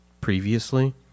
previously